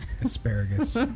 Asparagus